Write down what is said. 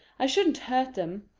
i shouldn't hurt them.